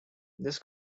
this